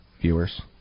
viewers